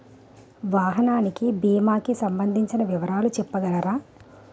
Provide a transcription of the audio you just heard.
వాహనానికి భీమా కి సంబందించిన వివరాలు చెప్పగలరా?